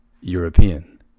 European